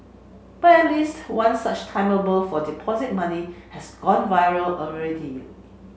but at least one such timetable for deposit money has gone viral already